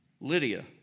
Lydia